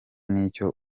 n’icyo